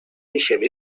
riceve